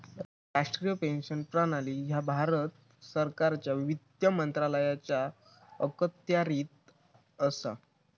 राष्ट्रीय पेन्शन प्रणाली ह्या भारत सरकारच्या वित्त मंत्रालयाच्या अखत्यारीत असा